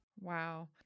Wow